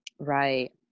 Right